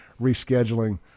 rescheduling